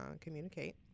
communicate